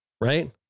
right